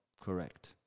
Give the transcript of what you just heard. Correct